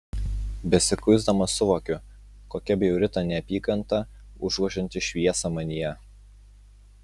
besikuisdama suvokiu kokia bjauri ta neapykanta užgožianti šviesą manyje